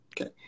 Okay